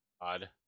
Odd